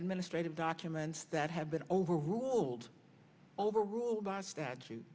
administrative documents that have been overruled overruled by statute